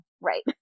right